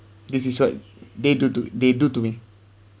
this is what they do to they do to me